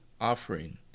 offering